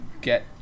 get